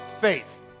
Faith